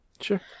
Sure